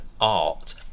art